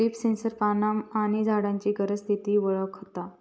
leaf sensor पाना आणि झाडांची गरज, स्थिती वळखता